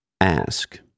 ask